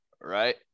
right